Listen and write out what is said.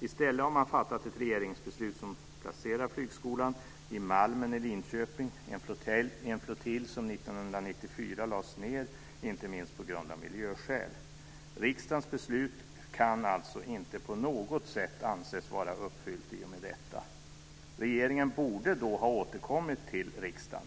I stället har man fattat ett regeringsbeslut som placerar flygskolan på Malmen i Linköping, en flottilj som 1994 lades ned inte minst av miljöskäl. Riksdagens beslut kan alltså inte på något sätt anses vara uppfyllt i och med detta. Regeringen borde då ha återkommit till riksdagen.